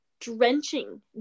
drenching